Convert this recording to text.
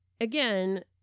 again